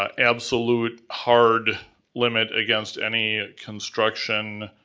ah absolute hard limit against any construction